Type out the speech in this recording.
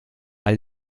all